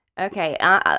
Okay